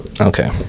Okay